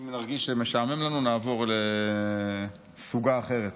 אם נרגיש שמשעמם לנו נעבור לסוגה אחרת.